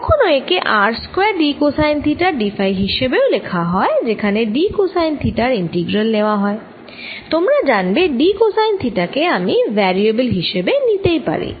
কখনো একে r square d cosine theta d phi হিসেবেও লেখা হয় যেখানে d কোসাইন থিটার ইন্টিগ্রাল নেওয়া হয় তোমরা জানবে d কোসাইন থিটা কে আমি ভ্যারিএবল হিসেবে নিতে পারি